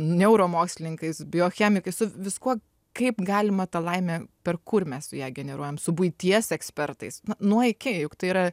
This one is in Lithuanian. neuromokslininkais biochemikais su viskuo kaip galima tą laimę per kur mes ją generuojam su buities ekspertais na iki juk tai yra